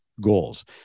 goals